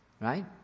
right